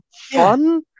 fun